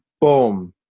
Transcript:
boom